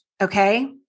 okay